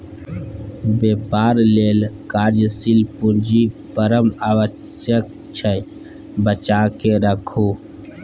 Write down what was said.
बेपार लेल कार्यशील पूंजी परम आवश्यक छै बचाकेँ राखू